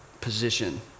position